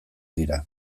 dira